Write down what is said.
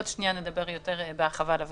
עוד שנייה נדבר יותר בהרחבה על הפגנות.